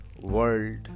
world